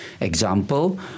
Example